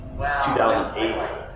2008